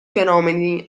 fenomeni